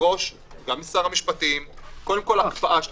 ותדרוש גם משר המפשטים קודם כל הקפאה של